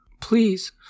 Please